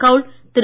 கவுல் திரு